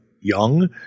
young